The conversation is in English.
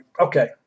okay